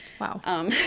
Wow